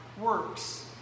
works